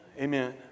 Amen